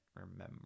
remember